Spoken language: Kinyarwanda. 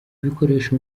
bikoresho